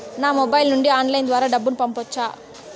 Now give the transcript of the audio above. నా మొబైల్ నుండి ఆన్లైన్ ద్వారా డబ్బును పంపొచ్చా